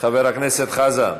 חבר הכנסת חזן,